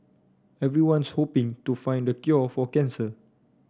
everyone's hoping to find the cure for cancer